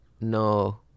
No